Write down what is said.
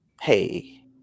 hey